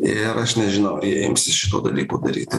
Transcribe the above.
ir aš nežinau ar jie imsis šito dalyko daryti